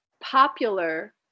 popular